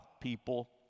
people